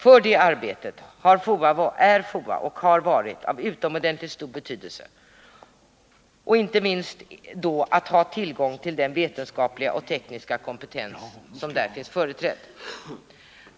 För det arbetet är FOA och har varit av utomordentligt stor betydelse. Inte minst värdefullt är det att ha tillgång till den vetenskapliga och tekniska kompetens som där finns företrädd.